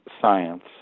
science